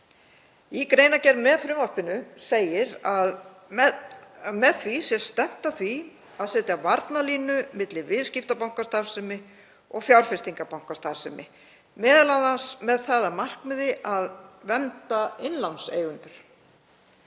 Í greinargerð með frumvarpinu segir að með því sé stefnt að því að setja varnarlínu milli viðskiptabankastarfsemi og fjárfestingarbankastarfsemi, m.a. með það að markmiði að vernda innlánseigendur.